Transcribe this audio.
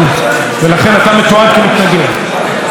ובהחלט היה צריך אז אומץ, כי הרוב,